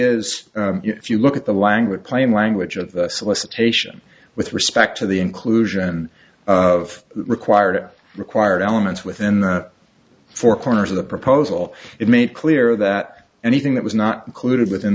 is if you look at the language plain language of the solicitation with respect to the inclusion of the required required elements within the four corners of the proposal it made clear that anything that was not included within